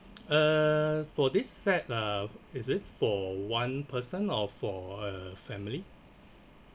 uh for this set ah is it for one person or for a family